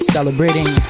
Celebrating